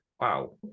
wow